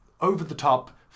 over-the-top